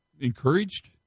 encouraged